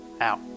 out